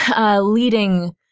leading